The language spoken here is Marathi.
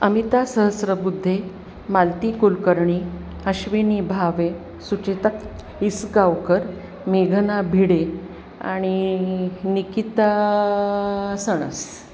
अमिता सहस्रबुद्धे मालती कुलकर्णी अश्विनी भावे सुचिता इसगावकर मेघना भिडे आणि निकिता सणस